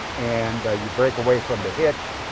and you break away from the hitch,